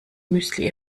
müsli